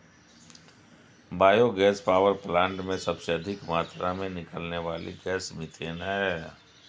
bio gas power plant में सबसे अधिक मात्रा में निकलने वाली गैस मिथेन है